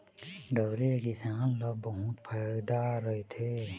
डबरी ले किसान ल बहुत फायदा रहिथे